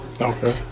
okay